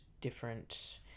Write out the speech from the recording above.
different